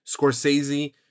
Scorsese